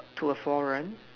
to a forum